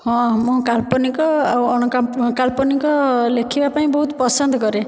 ହଁ ମୁଁ କାଳ୍ପନିକ ଆଉ ଅଣ କାଳ୍ପନିକ ଲେଖିବାକୁ ବହୁତ ପସନ୍ଦ କରେ